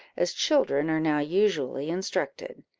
as children are now usually instructed.